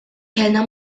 kellna